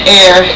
air